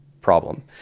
problem